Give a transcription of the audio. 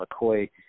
McCoy